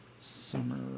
Summer